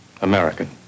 American